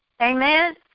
Amen